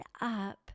up